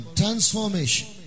transformation